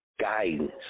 guidance